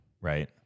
right